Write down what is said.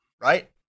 right